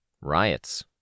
Riots